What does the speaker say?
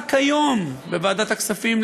רק היום בוועדת הכספים,